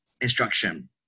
instruction